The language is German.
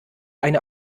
eine